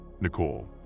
Nicole